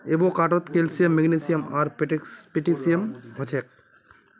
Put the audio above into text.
एवोकाडोत calcium magnesium आर potassium हछेक